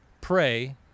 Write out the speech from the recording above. pray